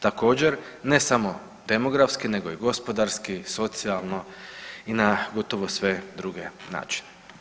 Također ne samo demografski nego i gospodarski, socijalno i na gotovo sve druge načine.